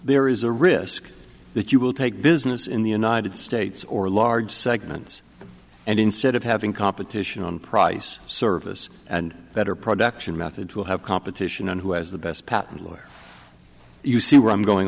there is a risk that you will take business in the united states or large segments and instead of having competition on price service and better production methods will have competition on who has the best patent lawyer you see where i'm going